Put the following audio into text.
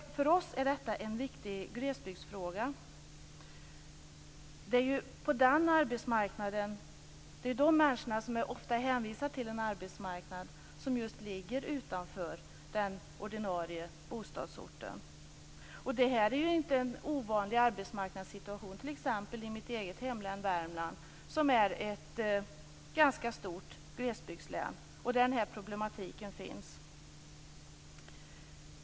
För oss är detta en viktig glesbygdsfråga. Det är ju de människor som bor i glesbygden som ofta är hänvisade till en arbetsmarknad som ligger just utanför den ordinarie bostadsorten. Det här är en inte ovanlig arbetsmarknadssituation t.ex. i mitt hemlän Värmland, som är ett ganska stort glesbygdslän, där den här problematiken finns.